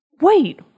wait